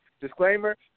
Disclaimer